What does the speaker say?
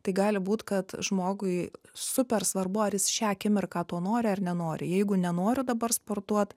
tai gali būt kad žmogui super svarbu ar jis šią akimirką to nori ar nenori jeigu nenoriu dabar sportuot